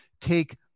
take